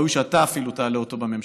אולי ראוי שאתה אפילו תעלה אותו בממשלה.